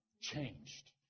changed